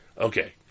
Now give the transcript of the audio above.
Okay